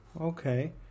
Okay